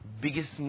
biggest